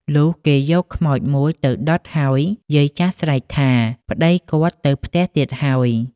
លុះគេយកខ្មោច ១ ទៅដុតហើយ យាយចាស់ស្រែកថា "ប្តីគាត់ទៅផ្ទះទៀតហើយ" ។